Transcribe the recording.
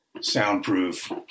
soundproof